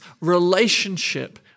relationship